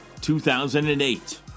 2008